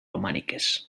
romàniques